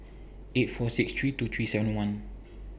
eight four six three two three seven one